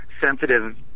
sensitive